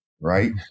Right